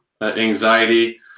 anxiety